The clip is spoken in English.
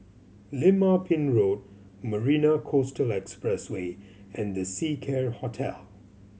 Lim Ah Pin Road Marina Coastal Expressway and The Seacare Hotel